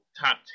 top